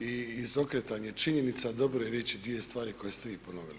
i izokretanje činjenica, dobro je reći dvije stvari koje ste vi ponovili.